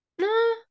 No